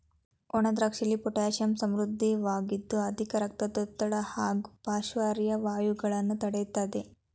ಒಣದ್ರಾಕ್ಷಿಯಲ್ಲಿ potassium ಸಮೃದ್ಧವಾಗಿದ್ದು ಅಧಿಕ ರಕ್ತದೊತ್ತಡ ಹಾಗೂ ಪಾರ್ಶ್ವವಾಯುಗಳನ್ನು ತಡಿತದೆ